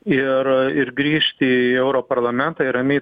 ir ir grįžti į europarlamentą ir ramiai